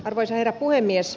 arvoisa herra puhemies